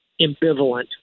ambivalent